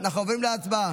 אנחנו עוברים להצבעה.